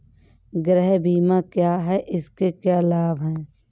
गृह बीमा क्या है इसके क्या लाभ हैं?